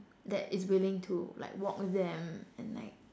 that is willing to like walk with them and like